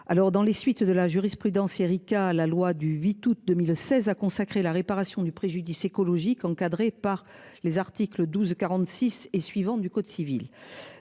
Alors dans les suites de la jurisprudence Erika la loi du 8 août 2016 a consacré la réparation du préjudice écologique, encadré par les articles 12 46 et suivants du Code civil,